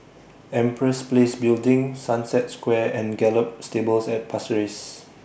Empress Place Building Sunset Square and Gallop Stables At Pasir Ris